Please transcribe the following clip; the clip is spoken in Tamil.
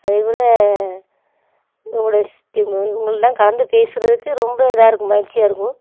அதே போல் இவங்களோடய இவங்க இவங்கெலாம் கலந்து பேசுகிறதுக்கு ரொம்ப இதாருக்கும் மகிழ்ச்சியாருக்கும்